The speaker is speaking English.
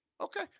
Okay